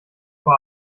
vor